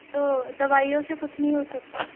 तो दवाइयों से कुछ नहीं हो सकता